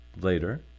later